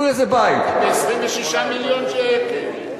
ב-26 מיליון שקלים.